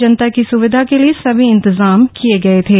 जनता की स्विधा के लिए सभी इंतजाम किये गए थे